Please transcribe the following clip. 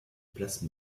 place